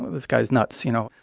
ah this guy is nuts. you know,